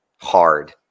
hard